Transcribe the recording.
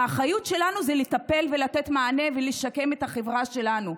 האחריות שלנו היא לטפל ולתת מענה ולשקם את החברה שלנו,